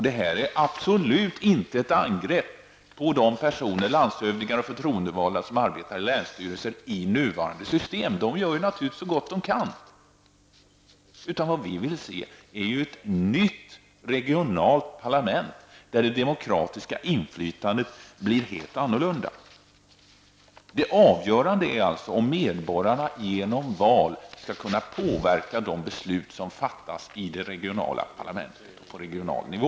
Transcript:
Det är absolut inte något angrepp på de personer -- landshövdingar och förtroendevalda -- som arbetar i länsstyrelser i nuvarande system. De gör naturligtvis så gott de kan. Vad vi vill se är ett nytt regionalt parlament där det demokratiska inflytandet blir helt annorlunda. Det avgörande är alltså om medborgarna genom val skall kunna påverka de beslut som fattas i det regionala parlamentet och på regional nivå.